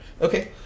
Okay